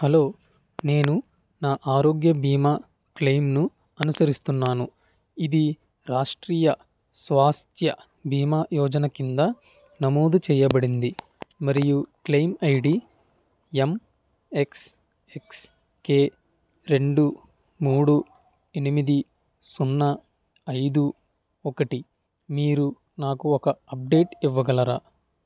hello నేను నా ఆరోగ్య బీమా క్లెయిమ్ను అనుసరిస్తున్నాను ఇది రాష్ట్రీయ స్వాస్థ్య బీమా యోజన క్రింద నమోదు చెయ్యబడింది మరియు క్లెయిమ్ ఐడి యంయక్స్యక్స్కె రెండు మూడు ఎనిమిది సున్నా ఐదు ఒకటి మీరు నాకు ఒక అప్డేట్ ఇవ్వగలరా